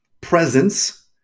presence